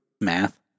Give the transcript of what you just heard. Math